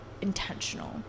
intentional